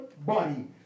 body